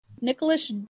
Nicholas